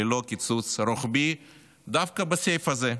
ללא קיצוץ רוחבי דווקא בסעיף הזה,